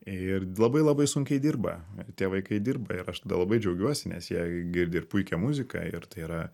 ir labai labai sunkiai dirba tie vaikai dirba ir aš tada labai džiaugiuosi nes jie girdi ir puikią muziką ir tai yra